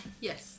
Yes